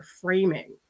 framing